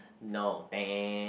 no